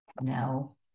no